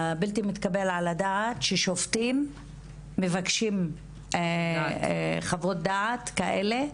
בלתי מתקבל על הדעת ששופטים מבקשים חוות דעת כאלה,